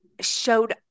showed